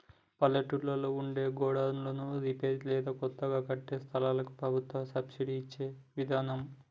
పల్లెటూళ్లలో ఉండే గోడన్లను రిపేర్ లేదా కొత్తగా కట్టే సంస్థలకి ప్రభుత్వం సబ్సిడి ఇచ్చే విదానం